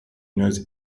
knows